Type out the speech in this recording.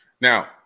now